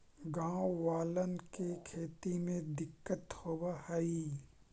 गाँव वालन के खेती में दिक्कत होवऽ हई